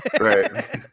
Right